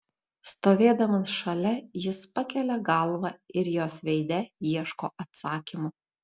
stovėdamas šalia jis pakelia galvą ir jos veide ieško atsakymo